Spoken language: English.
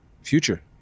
future